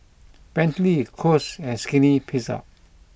Bentley Kose and Skinny Pizza